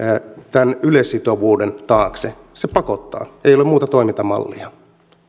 tämän yleissitovuuden taakse se pakottaa ei ole muuta toimintamallia